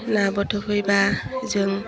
नाबा थ' हैबा जों